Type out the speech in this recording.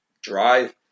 drive